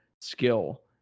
skill